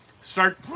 start